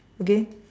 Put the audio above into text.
again